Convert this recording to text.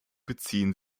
beziehen